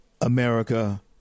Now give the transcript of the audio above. America